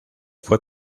fue